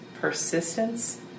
persistence